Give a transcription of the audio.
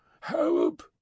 Help